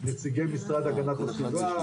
נציגי משרד הגנת הסביבה,